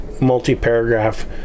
multi-paragraph